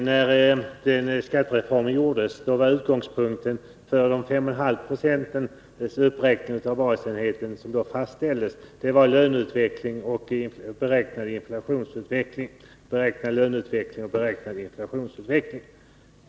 Herr talman! När skattereformen gjordes var utgångspunkten för den uppräkning av basenheten med 5,5 960 som fastställdes beräknad löneutveckling och beräknad inflationsutveckling.